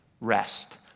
Rest